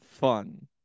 fun